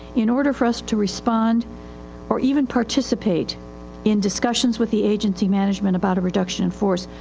in order for us to respond or even participate in discussions with the agency management about a reduction in force,